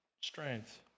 strength